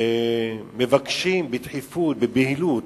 מבקשים בדחיפות, בבהילות,